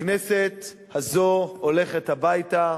הכנסת הזאת הולכת הביתה,